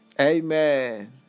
Amen